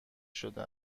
شده